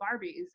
Barbies